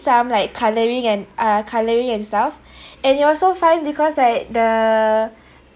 some like colouring and uh colouring and stuff and it was so fun because like the